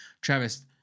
Travis